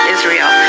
Israel